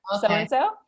so-and-so